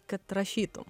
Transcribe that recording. kad rašytum